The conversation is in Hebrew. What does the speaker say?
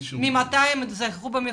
ממתי הם זכו?